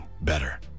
better